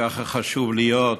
ככה חשוב שיהיה,